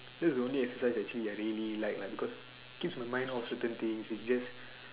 is the only exercise that I really like lah because keeps my mind of certain things is just